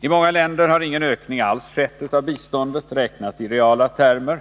I många länder har ingen ökning alls skett utav biståndet räknat i reala termer,